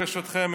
ברשותכם,